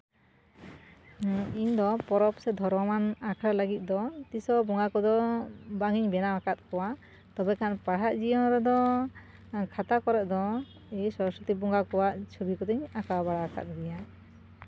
ᱤᱧ ᱫᱚ ᱯᱚᱨᱚᱵᱽ ᱥᱮ ᱫᱷᱚᱨᱚᱢᱟᱱ ᱟᱠᱷᱲᱟ ᱞᱟᱹᱜᱤᱫ ᱫᱚ ᱛᱤᱥ ᱦᱚᱸ ᱵᱚᱸᱜᱟ ᱠᱚᱫᱚ ᱵᱟᱝ ᱤᱧ ᱵᱮᱱᱟᱣ ᱟᱠᱟᱫ ᱠᱚᱣᱟ ᱛᱚᱵᱮ ᱠᱷᱟᱱ ᱯᱟᱲᱦᱟᱜ ᱡᱤᱭᱚᱱ ᱨᱮᱫᱚ ᱠᱷᱟᱛᱟ ᱠᱚᱨᱮ ᱫᱚ ᱥᱚᱨᱚᱥᱚᱛᱤ ᱵᱚᱸᱜᱟ ᱠᱚᱣᱟᱜ ᱪᱷᱚᱵᱤ ᱠᱚᱫᱚᱧ ᱟᱸᱠᱟᱣ ᱵᱟᱲᱟ ᱟᱠᱟᱫ ᱜᱮᱭᱟ